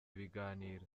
ibiganiro